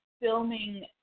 filming